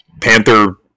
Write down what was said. Panther